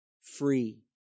free